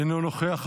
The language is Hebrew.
אינו נוכח.